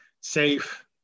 safe